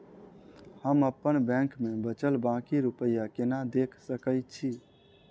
हम अप्पन बैंक मे बचल बाकी रुपया केना देख सकय छी?